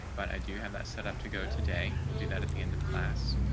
but i do have that setup to go today. we'll do that at the end of class.